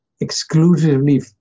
exclusively